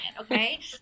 okay